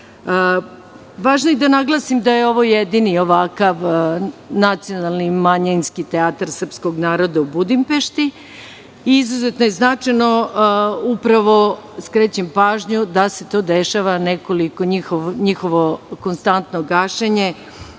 je da naglasim da je ovo jedini ovakav nacionalni manjinski teatar srpskog naroda u Budimpešti. Izuzetno je značajno upravo skrećem pažnju da se to dešava njihovo konstantno gašenje